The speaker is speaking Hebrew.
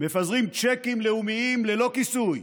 מפזר צ'קים לאומים ללא כיסוי,